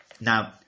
Now